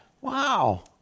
Wow